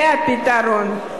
זה הפתרון.